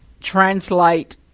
translate